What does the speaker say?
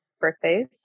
birthdays